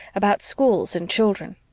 about schools and children.